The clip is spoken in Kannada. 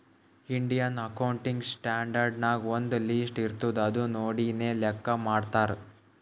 ಇಂಡಿಯನ್ ಅಕೌಂಟಿಂಗ್ ಸ್ಟ್ಯಾಂಡರ್ಡ್ ನಾಗ್ ಒಂದ್ ಲಿಸ್ಟ್ ಇರ್ತುದ್ ಅದು ನೋಡಿನೇ ಲೆಕ್ಕಾ ಮಾಡ್ತಾರ್